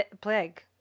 Plague